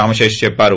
రామశేషు చెప్పారు